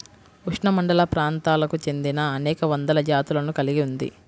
ఉష్ణమండలప్రాంతాలకు చెందినఅనేక వందల జాతులను కలిగి ఉంది